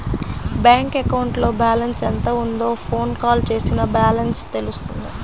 bank అకౌంట్లో balance ఎంత ఉందో ఫోన్ కాల్ చేసినా బ్యాలెన్స్ తెలుస్తుంది